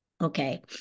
Okay